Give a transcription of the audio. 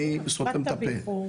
אני סותם את הפה.